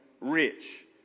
rich